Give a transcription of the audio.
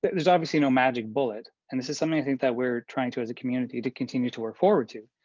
there's obviously no magic bullet, and this is something i think that we're trying to as a community to continue to work forward to,